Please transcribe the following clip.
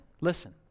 Listen